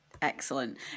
Excellent